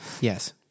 Yes